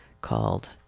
called